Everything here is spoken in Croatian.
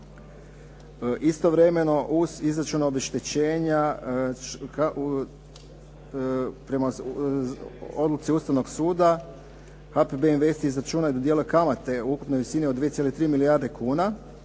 Istovremeno uz izračun obeštećenja prema odluci Ustavnog suda HBP invest …/Govornik se ne razumije./… kamate u ukupnoj visini od 2.3 milijarde kuna